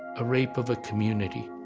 a rape of a community,